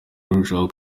urushaho